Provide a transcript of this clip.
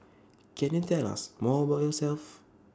can you tell us more about yourself